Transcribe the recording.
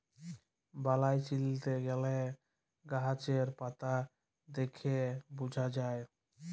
বালাই চিলতে গ্যালে গাহাচের পাতা দ্যাইখে বুঝা যায়